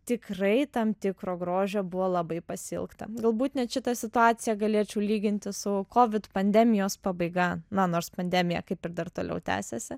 tikrai tam tikro grožio buvo labai pasiilgta galbūt net šitą situaciją galėčiau lyginti su covid pandemijos pabaiga na nors pandemija kaip ir dar toliau tęsiasi